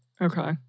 okay